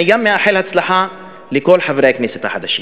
אני גם מאחל הצלחה לכל חברי הכנסת החדשים.